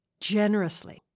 generously